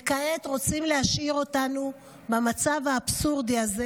וכעת רוצים להשאיר אותנו במצב האבסורדי הזה